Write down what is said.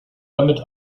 damit